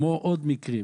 כמו עוד מקרים.